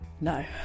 no